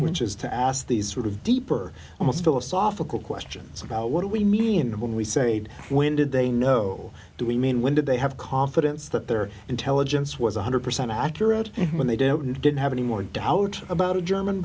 which is to ask these sort of deeper almost philosophical questions about what do we mean when we say when did they know do we mean when did they have confidence that their intelligence was one hundred percent accurate and when they didn't and didn't have any more doubt about a german